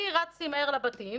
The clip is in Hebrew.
אני רצתי מהר לבתים,